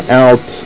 out